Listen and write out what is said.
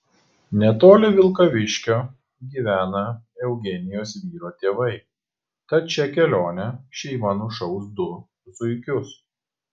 netoli vilkaviškio gyvena eugenijos vyro tėvai tad šia kelione šeima nušaus du zuikius